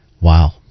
Wow